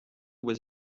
was